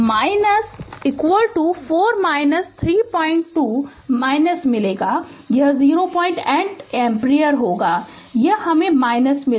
तो यह 4 32 सीधे सीधे मिलेगा यह 08 एम्पीयर होगा यह हमे - मिला